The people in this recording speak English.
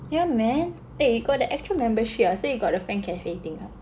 yeah man eh you got the actual membership ah so you got the fan cafe thing ah